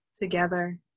together